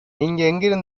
நீங்க